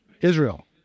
Israel